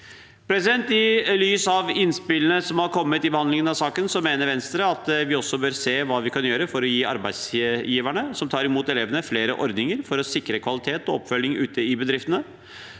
elevene. I lys av innspillene som har kommet i behandlingen av saken, mener Venstre at vi også bør se på hva vi kan gjøre for å gi arbeidsgiverne som tar imot elevene, flere ordninger for å sikre kvalitet og oppfølging ute i bedriftene.